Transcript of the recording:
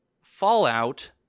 fallout